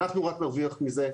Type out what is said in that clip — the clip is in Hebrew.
אנחנו רק נרוויח מזה.